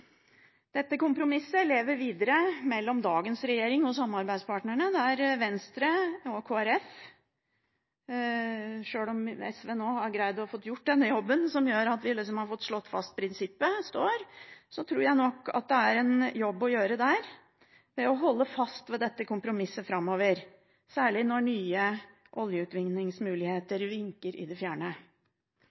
Dette kompromisset lever videre mellom dagens regjering og samarbeidspartnerne, Venstre og Kristelig Folkeparti. Sjøl om SV nå har greid å få gjort denne jobben, som gjør at vi har fått slått fast at prinsippet står fast, tror jeg nok at det er en jobb å gjøre ved å holde fast ved dette kompromisset framover, særlig når nye oljeutvinningsmuligheter vinker i det fjerne.